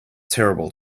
terrible